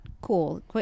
cool